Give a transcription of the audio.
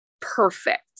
perfect